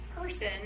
person